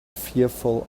fearful